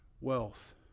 Wealth